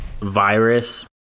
virus